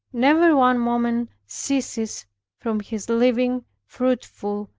never one moment ceases from his living, fruitful,